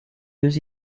deux